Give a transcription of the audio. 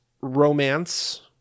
romance